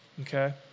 Okay